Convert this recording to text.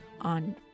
on